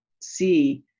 see